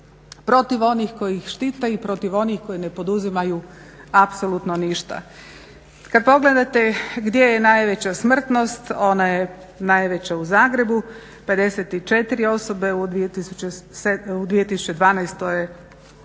protiv onih koji ih štite i protiv onih koji ne poduzimaju apsolutno ništa. Kad pogledate gdje je najveća smrtnost ona je najveća u Zagrebu, 54 osobe u 2012. je